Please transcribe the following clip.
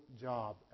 job